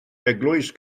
eglwys